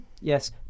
Yes